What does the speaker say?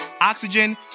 Oxygen